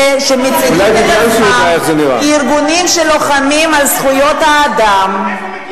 שמציגים את עצמם ארגונים שלוחמים על זכויות האדם,